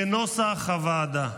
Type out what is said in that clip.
כנוסח הוועדה.